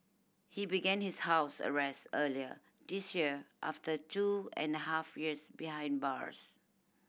he began his house arrest earlier this year after two and a half years behind bars